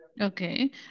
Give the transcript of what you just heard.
Okay